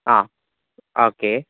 ആ ഓക്കേ